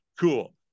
cool